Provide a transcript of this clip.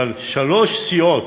אבל שלוש סיעות: